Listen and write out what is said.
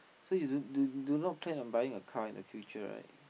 so you do do do not plan on buying a car in the future right